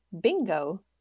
Bingo